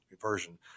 version